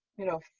you know,